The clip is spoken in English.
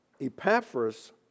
Epaphras